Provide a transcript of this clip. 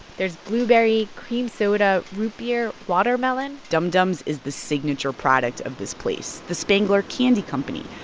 there's blueberry, cream soda, root beer, watermelon dum dums is the signature product of this place, the spangler candy company.